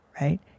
right